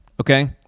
okay